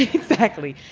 exactly.